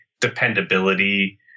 dependability